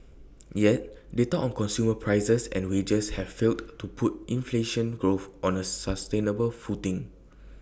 yet data on consumer prices and wages have failed to put inflation growth on A sustainable footing